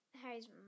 Harry's